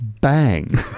bang